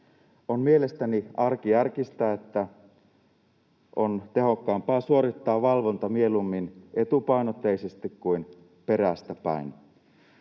On mielestäni arkijärkistä, että on tehokkaampaa suorittaa valvonta mieluummin etupainotteisesti kuin perästäpäin.